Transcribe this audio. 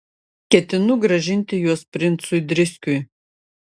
ketinu grąžinti juos princui driskiui